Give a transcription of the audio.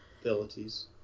Abilities